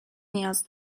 نیاز